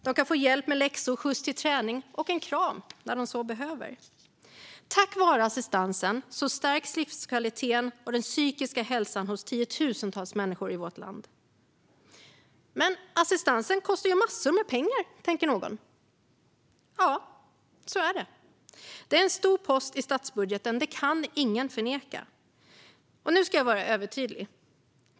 De kan få hjälp med läxor, skjuts till träning och en kram när de behöver. Tack vare assistansen stärks livskvaliteten och den psykiska hälsan hos tiotusentals människor i vårt land. Men assistansen kostar ju massor med pengar, tänker någon. Ja, så är det. Det är en stor post i statsbudgeten. Det kan ingen förneka. Nu ska jag vara övertydlig.